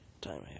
time